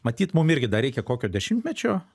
matyt mum irgi dar reikia kokio dešimtmečio